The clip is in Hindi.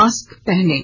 मास्क पहनें